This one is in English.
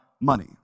money